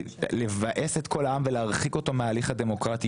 לבאס את כל העם ולהרחיק אותו מההליך הדמוקרטי